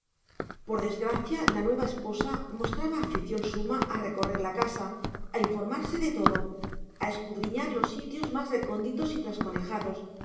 por desgracia la nueva esposa mostraba afición suma a recorrer la casa a informarse de todo a escudriñar los sitios más recónditos y